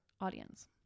audience